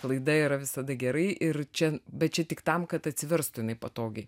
klaida yra visada gerai ir čia bet čia tik tam kad atsiverstų jinai patogiai